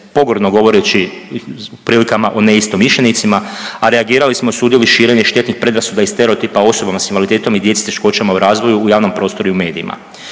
pogrdno govoreći u prilikama o neistomišljenicima, a reagirali smo i osudili širenje štetnih predrasuda i stereotipa o osobama s invaliditetom i djeci s teškoćama u razvoju u javnom prostoru i u medijima.